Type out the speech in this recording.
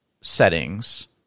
settings